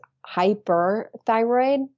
hyperthyroid